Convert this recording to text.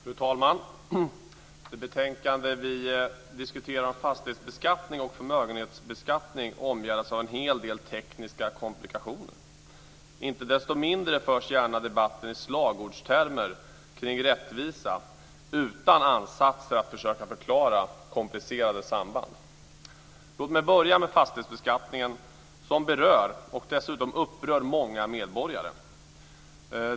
Fru talman! Det betänkande vi diskuterar om fastighets och förmögenhetsbeskattning omgärdas av en hel del tekniska komplikationer. Inte desto mindre förs gärna debatten i slagordstermer kring rättvisa utan ansatser att försöka förklara komplicerade samband. Låt mig börja med fastighetsbeskattningen, som berör och dessutom upprör många medborgare.